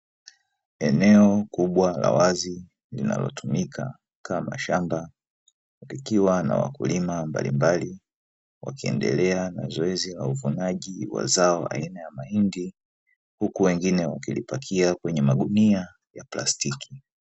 Eneo kubwa la wazi, linalotumika kama shamba, likiwa na wakulima mbalimbali, wakiendelea na zoezi la uvunaji wa zao aina ya mahindi, huku wengine wakilipakia kwenye magunia ya plastiki.